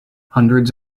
hundreds